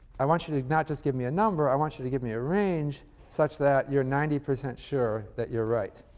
i want you to not just give me a number, i want you to give me a range such that you're ninety percent sure that you're right.